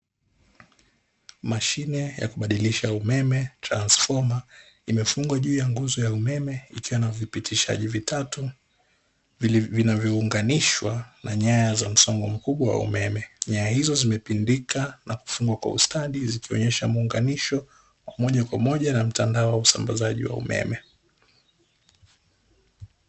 Mashine ya kubadilisha umeme (transfoma), imefungwa juu ya nguzo ya umeme ikiwa na vipitishaji vitatu, vinavyounganishwa na nyaya za msongo mkubwa wa umeme. Nyaya hizo zimepindika na kufungwa kwa ustadi zikionyesha muunganisho wa moja kwa moja na mtandao wa usambazaji wa umeme.